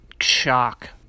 shock